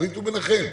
ותחליטו ביניכם.